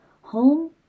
home